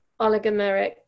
oligomeric